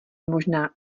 možná